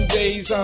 days